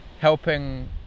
helping